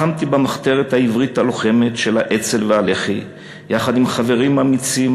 לחמתי במחתרת העברית הלוחמת של האצ"ל והלח"י יחד עם חברים אמיצים,